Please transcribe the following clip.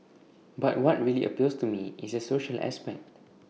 but what really appeals to me is the social aspect